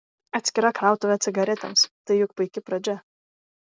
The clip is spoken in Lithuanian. atskira krautuvė cigaretėms tai juk puiki pradžia